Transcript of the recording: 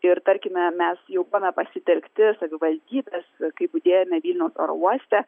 ir tarkime mes jau buvome pasitelkti savivaldybės kai budėjome vilniaus oro uoste